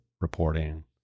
reporting